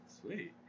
Sweet